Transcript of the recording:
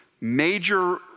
major